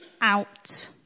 out